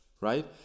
right